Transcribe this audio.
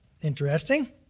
interesting